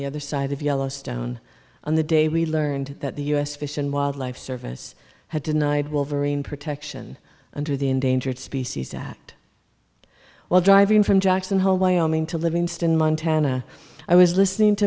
the other side of yellowstone on the day we learned that the u s fish and wildlife service had denied wolverine protection under the endangered species act while driving from jackson hole wyoming to livingston montana i was listening to